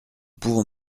pouvons